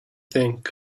think